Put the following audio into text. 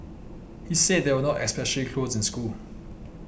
he said they were not especially close in school